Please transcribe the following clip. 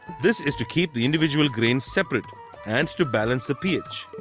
this is to keep the individual grains separate and to balance the ph.